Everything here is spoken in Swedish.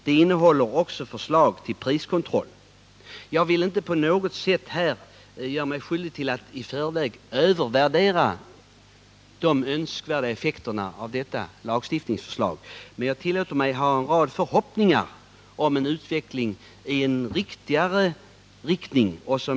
Det föreligger också förslag till priskontroll. Jag vill inte här på något sätt göra mig skyldig till att i förväg övervärdera de önskvärda effekterna av detta lagstiftningsförslag. Men jag tillåter mig ha en rad förhoppningar om en riktigare utveckling.